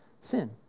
sin